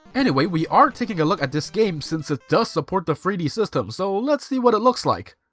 anyway, we are taking a look at this game since it does support the three d system, so let's see what it looks like!